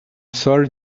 sorry